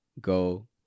go